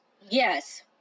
Yes